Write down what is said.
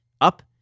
up